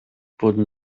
wurden